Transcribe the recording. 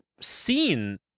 seen